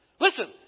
Listen